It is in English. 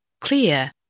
Clear